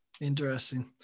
Interesting